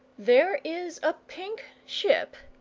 there is a pink ship,